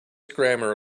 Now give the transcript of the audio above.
grammar